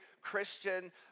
Christian